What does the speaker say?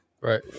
right